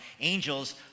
Angels